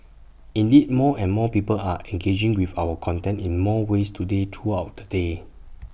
indeed more and more people are engaging with our content in more ways today throughout the day